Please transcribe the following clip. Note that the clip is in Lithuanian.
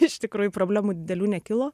iš tikrųjų problemų didelių nekilo